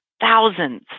thousands